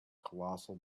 colossal